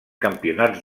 campionats